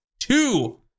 two